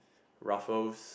Raffles